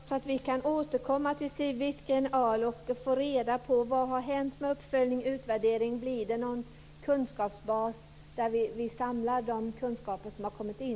Fru talman! Då kan vi alltså förvänta oss att vi kan återkomma till Siw Wittgren-Ahl och få reda på vad som har hänt med uppföljning och utvärdering och att vi kan få reda på om det blir någon kunskapsbas där man samlar de kunskaper som har kommit in.